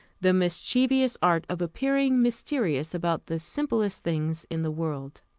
the mischievous art of appearing mysterious about the simplest things in the world.